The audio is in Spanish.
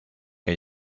que